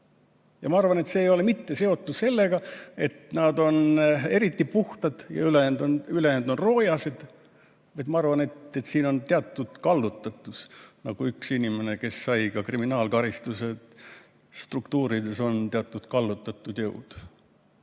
Ma arvan, et see ei ole mitte seotud sellega, et nad on eriti puhtad ja ülejäänud on roojased. Ma arvan, et siin on teatud kallutatus, nagu üks inimene, kes sai kriminaalkaristuse, ütles, et struktuurides on kallutatud jõud.